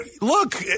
look